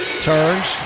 Turns